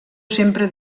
sempre